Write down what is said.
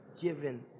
given